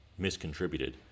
miscontributed